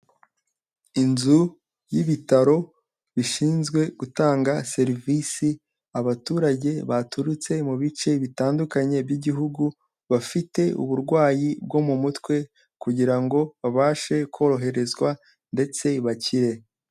Inzu y'ibitaro bishinzwe gutanga serivisi, abaturage baturutse mu bice bitandukanye by'igihugu, bafite uburwayi bwo mu mutwe kugira ngo babashe koroherezwa ndetse bakire.